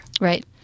Right